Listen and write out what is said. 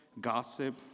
gossip